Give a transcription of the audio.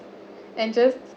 and just